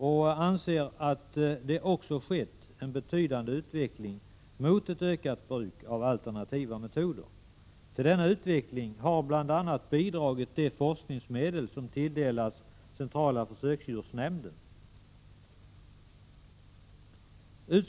Utskottet anser också att det har skett en betydande utveckling mot ett ökat bruk av alternativa metoder. Till denna utveckling har bl.a. de forskningsmedel som tilldelats centrala försöksdjursnämnden bidragit.